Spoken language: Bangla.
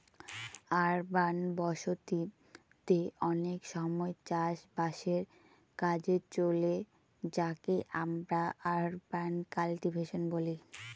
আরবান বসতি তে অনেক সময় চাষ বাসের কাজে চলে যাকে আমরা আরবান কাল্টিভেশন বলি